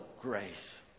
grace